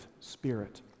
spirit